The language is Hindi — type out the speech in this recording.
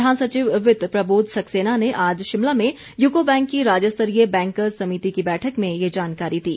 प्रधान सचिव वित्त प्रबोध सक्सेना ने आज शिमला में यूको बैंक की राज्य स्तरीय बैंकर्स समिति की बैठक में ये जानकारी दी